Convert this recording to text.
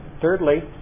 thirdly